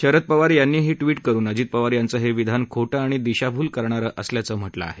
शरद पवार यांनीही ट्विट करून अजित पवार यांचं हे विधान खोटं आणि दिशाभूल करणार असल्याचं म्हटलं आहे